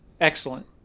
Excellent